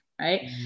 Right